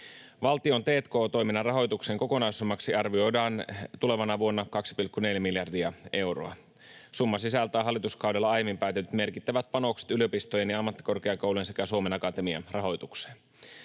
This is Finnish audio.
Valtion t&k-toiminnan rahoituksen kokonaissummaksi arvioidaan tulevana vuonna 2,4 miljardia euroa. Summa sisältää hallituskaudella aiemmin päätetyt merkittävät panokset yliopistojen ja ammattikorkeakoulujen sekä Suomen Akatemian rahoitukseen.